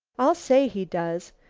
i'll say he does!